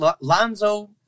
Lonzo